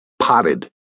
Potted